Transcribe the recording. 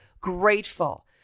grateful